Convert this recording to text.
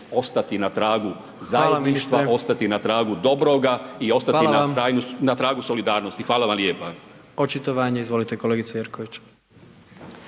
ostati na tragu zajedništva, ostati na tragu dobroga i ostati na tragu solidarnosti. Hvala vam lijepa.